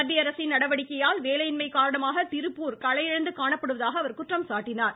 மத்திய அரசின் நடவடிக்கையால் வேலையின்மை காரணமாக திருப்பூர் களையிழந்து காணப்படுவதாகக் குற்றம் சாட்டினார்